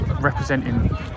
representing